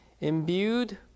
Imbued